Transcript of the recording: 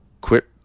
quit